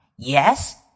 Yes